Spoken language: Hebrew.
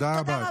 תודה רבה.